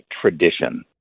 tradition